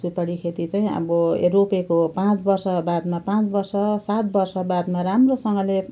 सुपारी खेती चाहिँ अब रोपेको पाँच वर्ष बादमा पाँच वर्ष सात वर्ष बादमा राम्रोसँगले